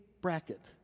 bracket